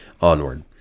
onward